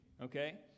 okay